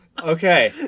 Okay